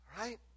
Right